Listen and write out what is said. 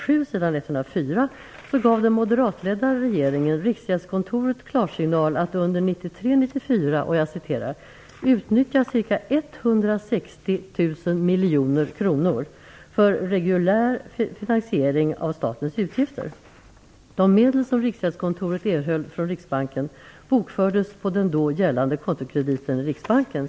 7 s. 104 gav den moderatledda regeringen Riksgäldskontoret klarsignal att under 1993/94 "utnyttja ca 160 miljarder kronor för reguljär finansiering av statliga utgifter. De medel som Riksgäldskontoret erhöll från Riksbanken bokfördes på den då gällande kontokrediten i Riksbanken."